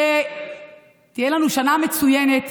שתהיה לנו שנה מצוינת.